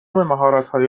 مهارتهای